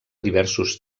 diversos